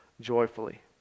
joyfully